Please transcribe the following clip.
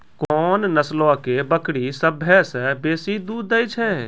कोन नस्लो के बकरी सभ्भे से बेसी दूध दै छै?